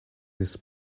his